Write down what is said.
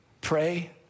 pray